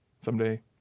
someday